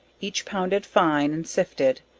each pounded fine and sifted,